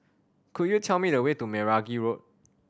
could you tell me the way to Meragi Road